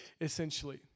essentially